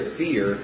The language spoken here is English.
fear